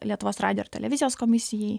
lietuvos radijo ir televizijos komisijai